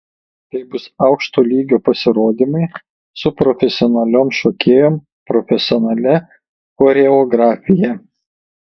tai bus aukšto lygio pasirodymai su profesionaliom šokėjom profesionalia choreografija